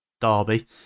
derby